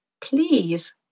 please